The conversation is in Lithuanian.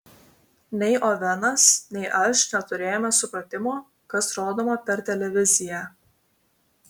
nei ovenas nei aš neturėjome supratimo kas rodoma per televiziją